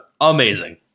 amazing